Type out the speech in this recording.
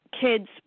kids